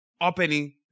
opening